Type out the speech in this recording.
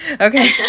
Okay